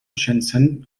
shenzhen